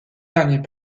derniers